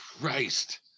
Christ